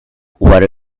what